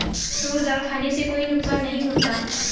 तूर दाल खाने से कोई नुकसान नहीं होता